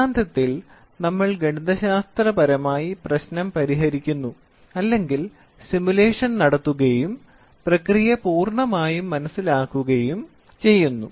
സിദ്ധാന്തത്തിൽ നമ്മൾ ഗണിതശാസ്ത്രപരമായി പ്രശ്നം പരിഹരിക്കുന്നു അല്ലെങ്കിൽ സിമുലേഷൻ നടത്തുകയും പ്രക്രിയ പൂർണ്ണമായും മനസ്സിലാക്കുകയും ചെയ്യുന്നു